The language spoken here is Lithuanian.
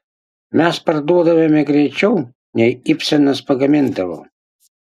mes parduodavome greičiau nei ibsenas pagamindavo